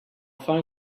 phone